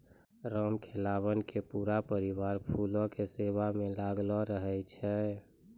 रामखेलावन के पूरा परिवार फूलो के सेवा म लागलो रहै छै